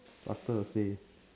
after a phase